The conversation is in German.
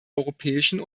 europäischen